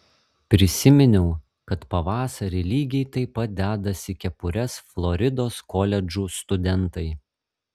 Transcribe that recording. prisiminiau kad pavasarį lygiai taip pat dedasi kepures floridos koledžų studentai